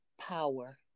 Power